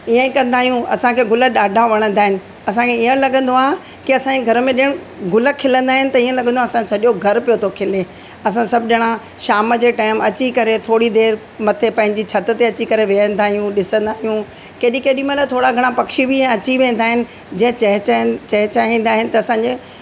ईंअ ई कंदा आहियूं असांखे गुल ॾाढा वणंदा आहिनि असांखे ईंअ लगंदो आहे की असांजे घर में ॼण गुल खिलंदा आहिनि त इहो लगंदो आहे असांजो सॼो घर पियो थो खिले असां सभु ॼणा शाम जे टाइम अची करे थोरी देरि मथे पंहिंजी छित ते अची करे वेहंदा आहियूं ॾिसंदा आहियूं केॾी केॾी महिल थोड़ा घणा पक्षी बि अची वेंदा आहिनि जंहिं चेंह चेंह चहचहाईंदा आहिनि त असांखे